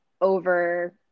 over